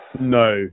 No